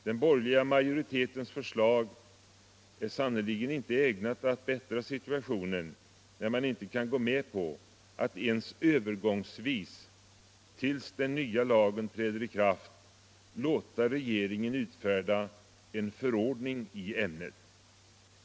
Den borgerliga majoritetens förslag är sannerligen inte ägnat att bättra situationen, när man inte kan gå med på att ens övergångsvis, till dess den nya lagen träder i kraft, låta regeringen utfärda en förordning i ämnet.